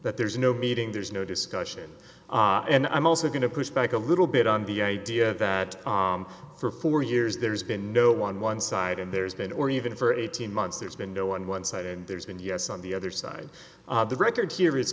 that there's no meeting there's no discussion and i'm also going to push back a little bit on the idea that for four years there's been no on one side and there's been or even for eighteen months there's been no on one side and there's been yes on the other side the record here is